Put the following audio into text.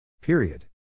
Period